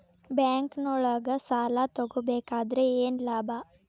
ಬ್ಯಾಂಕ್ನೊಳಗ್ ಸಾಲ ತಗೊಬೇಕಾದ್ರೆ ಏನ್ ಲಾಭ?